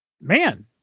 man